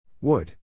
Wood